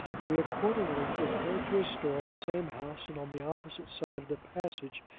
we accordingly repaired to a store in the same house and on the opposite side of the passage,